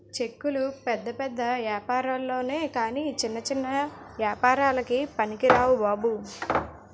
చెక్కులు పెద్ద పెద్ద ఏపారాల్లొనె కాని చిన్న చిన్న ఏపారాలకి పనికిరావు బాబు